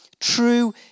true